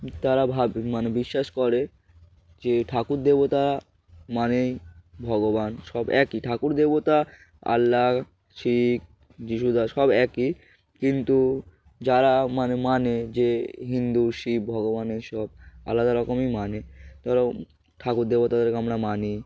তারা ভাব মানে বিশ্বাস করে যে ঠাকুর দেবতা মানেই ভগবান সব একই ঠাকুর দেবতা আল্লাহ শিখ যিশুদা সব একই কিন্তু যারা মানে মানে যে হিন্দু শিখ ভগবান এই সব আলাদা রকমই মানে তারা ঠাকুর দেবতাদেরকে আমরা মানি